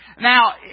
Now